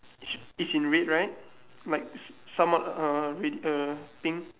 it's in red right like somewhat uh with uh pink